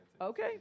okay